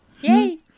Yay